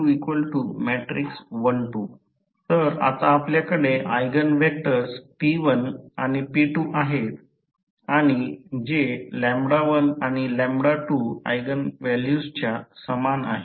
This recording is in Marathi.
तर त्या प्रकरणात तर आता आपल्याकडे ऎगेन व्हेक्टर्स p1 आणि p2 आहेत आणि जे 1 आणि 2ऎगेन व्हॅल्यूजच्या समान आहेत